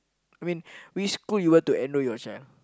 I mean which school you want to enroll your child